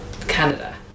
Canada